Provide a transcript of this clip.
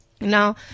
Now